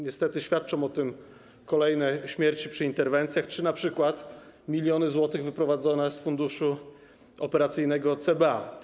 Niestety świadczą o tym kolejne śmierci przy interwencjach czy np. miliony złotych wyprowadzone z funduszu operacyjnego CBA.